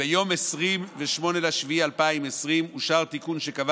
וביום 28 ביולי 2020 אושר תיקון שקבע